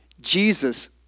Jesus